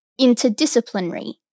interdisciplinary